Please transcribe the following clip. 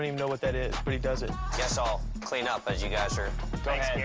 know what that is, but he does it. guess i'll clean up as you guys are thanks,